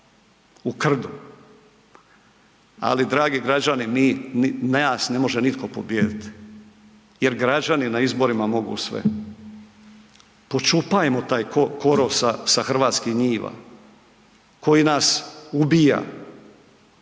u krdu. Ali dragi građani, mi, nas ne može nitko pobijediti jer građani na izborima mogu sve. Počupajmo taj korov sa, sa hrvatskih njiva koji nas ubija.